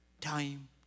time